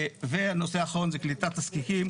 והנושא האחרון זה קליטת הזקיקים,